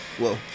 Whoa